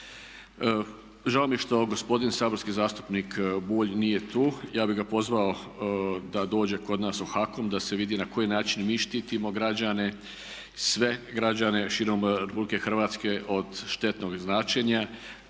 Žao mi je što gospodin saborski zastupnik Bulj nije tu, ja bi ga pozvao da dođe kod nas u HAKOM, da se vidi na koji način mi štitimo građane, sve građane širom RH od štetnog zračenja